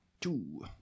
Two